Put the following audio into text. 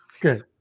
good